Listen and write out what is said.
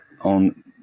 on